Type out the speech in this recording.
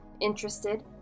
interested